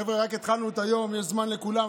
חבר'ה, רק התחלנו את היום, יש זמן לכולם.